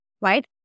right